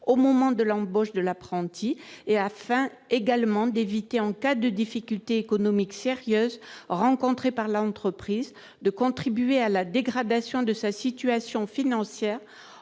au moment de l'embauche de l'apprenti. Il s'agit également d'éviter, en cas de difficultés économiques sérieuses rencontrées par l'entreprise, de contribuer à la dégradation de sa situation financière,